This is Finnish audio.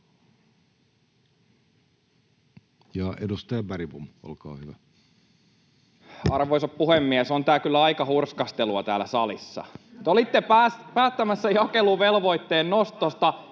Edustaja Bergbom, olkaa hyvä. Arvoisa puhemies! On tämä kyllä aika hurskastelua täällä salissa. Te olitte päättämässä jakeluvelvoitteen nostosta